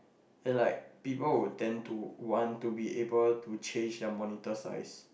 and like people will tend to want to be able to change their monitor size